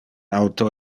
auto